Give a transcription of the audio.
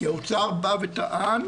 האוצר טען